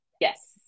yes